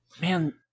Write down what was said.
man